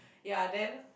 ya then